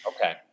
Okay